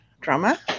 drama